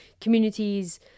communities